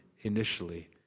initially